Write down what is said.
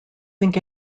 think